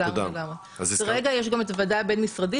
כרגע יש גם את הוועדה הבין משרדית